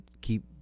keep